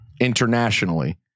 internationally